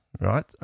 right